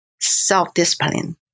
self-discipline